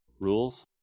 rules